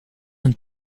een